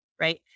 right